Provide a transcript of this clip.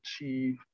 achieve